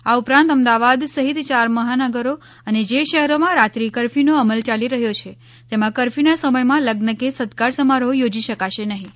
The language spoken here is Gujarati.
આ ઉપરાંત અમદાવાદ સહિત યાર મહાનગરો અને જ શહેરોમાં રાત્રિ કરફયુનો અમલ યાલી રહ્યો છે તેમાં કરફયુના સમયમાં લઝન કે સત્કાર સમારોહ યોજી શકાશે નહીં